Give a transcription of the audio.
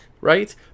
right